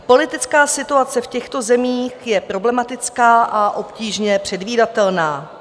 Politická situace v těchto zemích je problematická a obtížně předvídatelná.